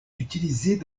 utilisées